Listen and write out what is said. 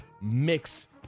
mix